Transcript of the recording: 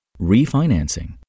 Refinancing